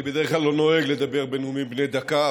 אני בדרך כלל לא נוהג לדבר בנאומים בני דקה,